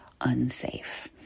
unsafe